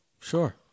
Sure